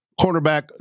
cornerback